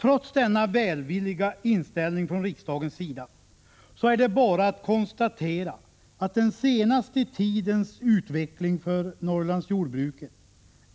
Trots denna välvilliga inställning från riksdagens sida är det bara att konstatera att den senaste tidens utveckling för Norrlandsjordbruket